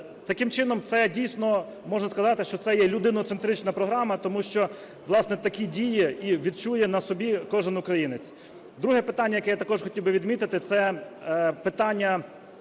Таким чином, це, дійсно, можна сказати, що це є людиноцентрична програма, тому що, власне, такі дії і відчує на собі кожен українець. Друге питання, яке я також хотів би відмітити, це питання